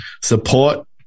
support